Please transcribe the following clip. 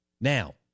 Now